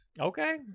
Okay